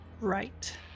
Right